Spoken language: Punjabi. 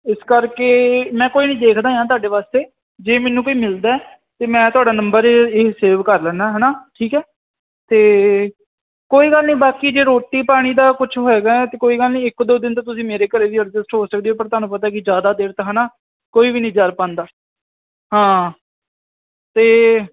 ਇਸ ਕਰਕੇ ਮੈਂ ਕੋਈ ਨਹੀਂ ਦੇਖਦਾ ਹਾਂ ਤੁਹਾਡੇ ਵਾਸਤੇ ਜੇ ਮੈਨੂੰ ਕੋਈ ਮਿਲਦਾ ਅਤੇ ਮੈਂ ਤੁਹਾਡਾ ਨੰਬਰ ਸੇਵ ਕਰ ਲੈਂਦਾ ਹੈ ਨਾ ਠੀਕ ਹੈ ਅਤੇ ਕੋਈ ਗੱਲ ਨਹੀਂ ਬਾਕੀ ਜੇ ਰੋਟੀ ਪਾਣੀ ਦਾ ਕੁਝ ਹੋਏਗਾ ਤਾਂ ਕੋਈ ਗੱਲ ਨਹੀਂ ਇੱਕ ਦੋ ਦਿਨ ਤਾਂ ਤੁਸੀਂ ਮੇਰੇ ਘਰ ਵੀ ਐਡਜਸਟ ਹੋ ਸਕਦੇ ਹੋ ਪਰ ਤੁਹਾਨੂੰ ਪਤਾ ਕਿ ਜ਼ਿਆਦਾ ਦੇਰ ਤਾਂ ਹੈ ਨਾ ਕੋਈ ਵੀ ਨਹੀਂ ਜਰ ਪਾਉਂਦਾ ਹਾਂ ਅਤੇ